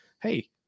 hey